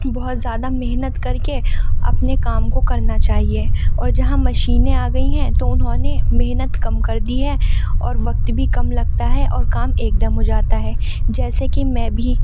بہت زیادہ محنت کر کے اپنے کام کو کرنا چاہیے اور جہاں مشینیں آ گئی ہیں تو انہوں نے محنت کم کر دی ہے اور وقت بھی کم لگتا ہے اور کام ایک دم ہو جاتا ہے جیسے کہ میں بھی